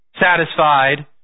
satisfied